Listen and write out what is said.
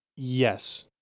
Yes